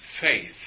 faith